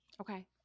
Okay